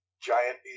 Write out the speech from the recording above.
giant